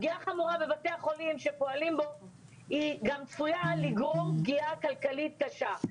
הפגיעה החמורה בבתי החולים שפועלים גם צפויה לגרום פגיעה כלכלית קשה.